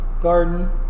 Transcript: garden